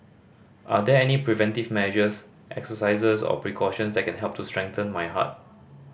are there any preventive measures exercises or precautions that can help to strengthen my heart